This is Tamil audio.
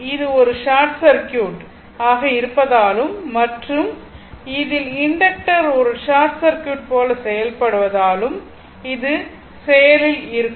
இது ஒரு ஷார்ட் சர்க்யூட் ஆக இருப்பதாலும் மற்றும் அதில் இண்டக்டர் ஒரு ஷார்ட் சர்க்யூட் போல செயல்படுவதால் இது செயலில் இருக்கும்